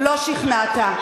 לא שכנעת.